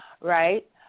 right